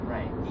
Right